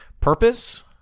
Purpose